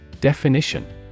Definition